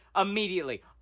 immediately